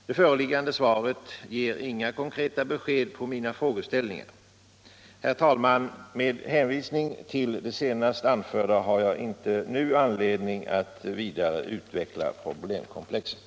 Det föreliggande svaret ger inga konkreta besked på mina frågeställningar. Herr talman! Med hänvisning till det senast anförda har jag inte nu anledning att vidare utveckla problemkomplexet.